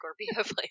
Scorpio